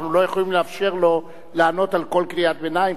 אנחנו לא יכולים לאפשר לו לענות על כל קריאת ביניים,